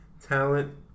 talent